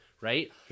right